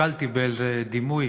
נתקלתי באיזה דימוי